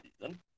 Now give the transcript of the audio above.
season